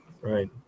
right